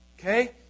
Okay